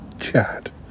chat